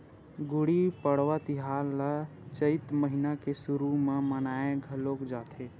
गुड़ी पड़वा तिहार ल चइत महिना के सुरू म मनाए घलोक जाथे